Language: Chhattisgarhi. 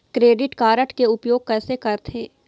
क्रेडिट कारड के उपयोग कैसे करथे?